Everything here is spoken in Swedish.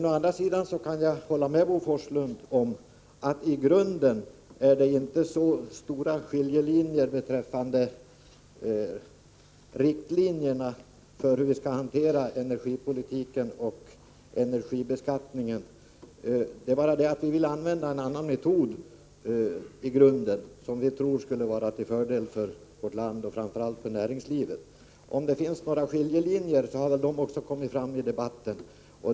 Å andra sidan kan jag hålla med Bo Forslund om att det i grunden inte är så stora skillnader när det gäller riktlinjerna för hur vi skall hantera energipolitiken och energibeskattningen. Vi vill använda en i grunden annan metod, som vi tror skulle vara till fördel för vårt land och framför allt för näringslivet. Om det finns några skillnader har det kommit fram i debatten.